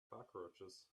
cockroaches